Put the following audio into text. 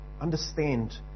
Understand